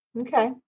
Okay